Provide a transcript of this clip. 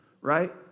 right